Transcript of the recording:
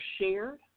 shared